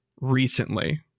recently